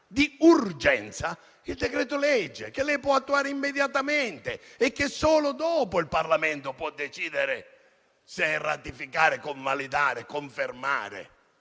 prevede il decreto-legge, che lei può attuare immediatamente e che solo successivamente il Parlamento può decidere se ratificare, convalidare, confermare